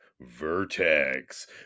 Vertex